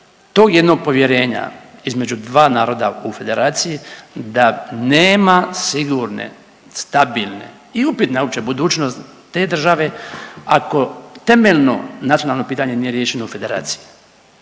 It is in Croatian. tog jednog povjerenja između dva naroda u Federaciji da nema sigurne stabilne i upitna je uopće budućnost te države ako temeljno nacionalno pitanje nije riješeno u Federaciji.